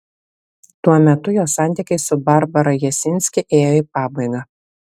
tuo metu jo santykiai su barbara jasinski ėjo į pabaigą